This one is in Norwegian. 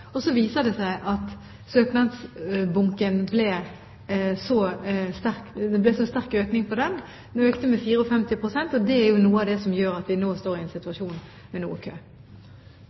at søknadsbunken viste seg å bli så mye større, den økte med 54 pst. Det er noe av det som gjør at vi nå har en situasjon med noe kø.